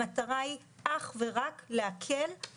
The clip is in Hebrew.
המטרה היא אך ורק להקל את הבירוקרטיה.